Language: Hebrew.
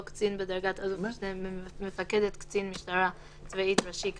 או קצין בדרגת אלוף משנה ממפקדת קצין משטרה צבאית ראשי כאמור,